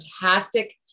fantastic